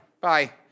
bye